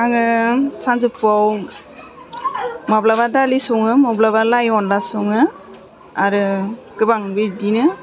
आङो सानजौफुवाव माब्लाबा दालि सङो माब्लाबा लाइ अनला सङो आरो गोबां बिदिनो